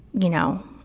you know,